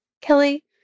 Kelly